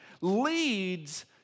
leads